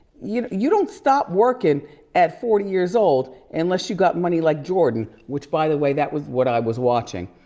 you you don't stop workin' at forty years old unless you got money like jordan, which, by the way, that was what i was watching.